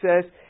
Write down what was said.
says